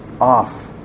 off